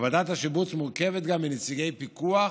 ועדת השיבוץ מורכבת גם מנציגי פיקוח